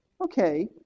okay